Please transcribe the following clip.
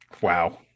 Wow